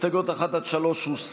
ההסתייגויות 1 3 הוסרו,